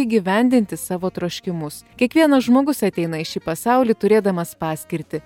įgyvendinti savo troškimus kiekvienas žmogus ateina į šį pasaulį turėdamas paskirtį